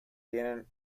tienen